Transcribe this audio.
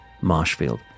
Marshfield